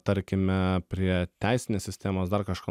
tarkime prie teisinės sistemos dar kažko